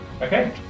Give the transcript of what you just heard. Okay